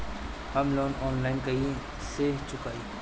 हम loan online कइसे चुकाई?